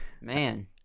Man